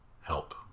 help